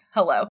Hello